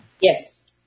Yes